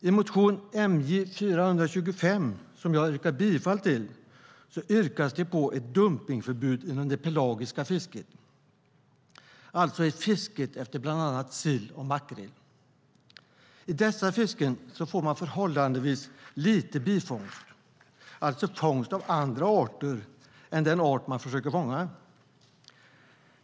I motion MJ425, som jag yrkar bifall till, yrkas det på ett dumpningsförbud inom det pelagiska fisket, alltså i fisket efter bland annat sill och makrill. I dessa fisken får man förhållandevis lite bifångst, det vill säga fångst av andra arter än den art man försöker fånga.